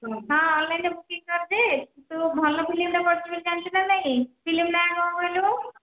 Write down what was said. ହଁ ଅନଲାଇନ ରେ ବୁକିଙ୍ଗ କରିଦେ କିନ୍ତୁ ଭଲ ଫିଲ୍ମ ଟା ପଡ଼ିଛି ବୋଲି ଜାଣିଛୁ ନା ନାଇଁ ଫିଲ୍ମ ନାମ କଣ କହିଲୁ